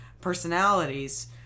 personalities